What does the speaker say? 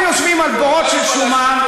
אתם יושבים על בורות של שומן,